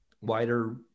wider